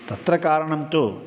तत्र कारणं तु